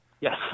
Yes